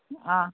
অঁ